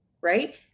right